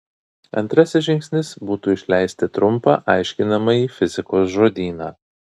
antrasis žingsnis būtų išleisti trumpą aiškinamąjį fizikos žodyną